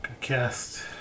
cast